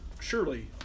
Surely